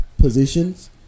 positions